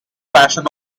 fashion